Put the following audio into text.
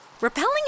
Repelling